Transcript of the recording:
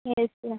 yes sir